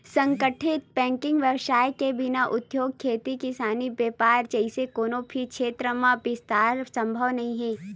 संगठित बेंकिग बेवसाय के बिना उद्योग, खेती किसानी, बेपार जइसे कोनो भी छेत्र म बिस्तार संभव नइ हे